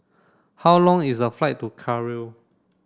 how long is the flight to Cairo